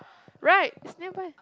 right is nearby